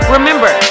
Remember